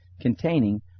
containing